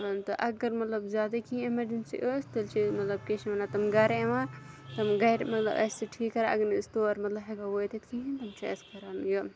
تہٕ اگر مطلب زیادٕ کینٛہہ اٮ۪مرجَنسی ٲس تیٚلہِ چھِ مطلب کیٛاہ چھِ وَنان تم گرَے اِوان تم گَرِ مطلب اَسہِ ٹھیٖک کَران اگر نہٕ أسۍ مطلب تور ہٮ۪کو وٲتِتھ کِہیٖنۍ تِم چھِ اَسہِ کَران یہِ